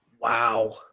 Wow